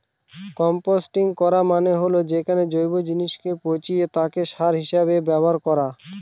composting করা মানে হল যখন জৈব জিনিসকে পচিয়ে তাকে সার হিসেবে ব্যবহার করা